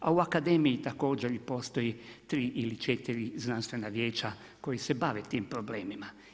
A u akademiji također postoji tri ili četiri znanstvena vijeća koja se bave tim problemima.